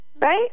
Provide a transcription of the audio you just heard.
Right